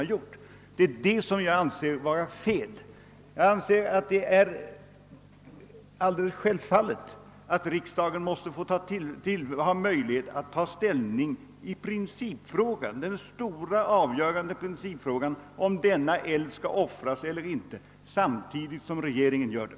Det är detta jag anser vara fel. Jag betraktar det som alldeles självklart att riksdagen skall få möjlighet att ta ställningi den stora och avgörande principfrågan, om denna älv skall offras eller inte, samtidigt som regeringen gör det.